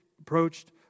approached